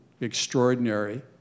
extraordinary